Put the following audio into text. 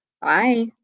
Bye